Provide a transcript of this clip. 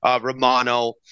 Romano